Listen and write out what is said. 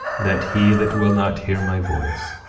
that he that will not hear my voice,